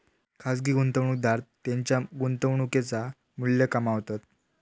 खाजगी गुंतवणूकदार त्येंच्या गुंतवणुकेचा मू्ल्य कमावतत